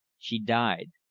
she died,